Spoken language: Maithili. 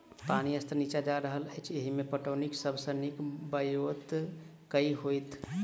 पानि स्तर नीचा जा रहल अछि, एहिमे पटौनीक सब सऽ नीक ब्योंत केँ होइत?